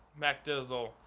macdizzle